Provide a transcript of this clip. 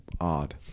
odd